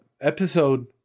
episode